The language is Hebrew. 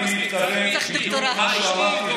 אני מתכוון בדיוק למה שאמרתי,